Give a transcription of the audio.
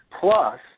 Plus